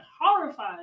horrified